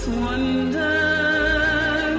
wonder